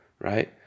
right